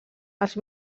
els